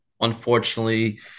Unfortunately